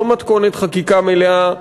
לא מתכונת חקיקה מלאה,